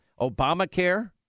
Obamacare